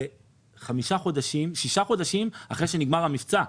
זה שישה חודשים אחרי שנגמר המבצע,